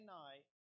night